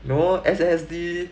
no S_S_D